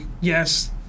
yes